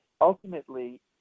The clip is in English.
Ultimately